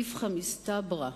איפכא מסתברא.